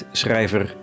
schrijver